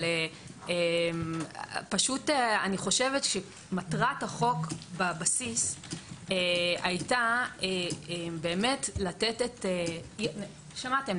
אבל פשוט אני חושבת שמטרת החוק בבסיס הייתה לתת שמעתם,